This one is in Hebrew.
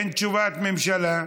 אין תשובת ממשלה.